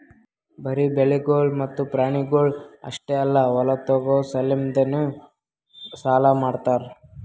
ಬರೀ ಬೆಳಿಗೊಳ್ ಮತ್ತ ಪ್ರಾಣಿಗೊಳ್ ಅಷ್ಟೆ ಅಲ್ಲಾ ಹೊಲ ತೋಗೋ ಸಲೆಂದನು ಸಾಲ ಮಾಡ್ತಾರ್